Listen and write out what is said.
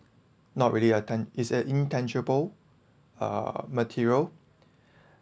not really ah turn is a intangible uh material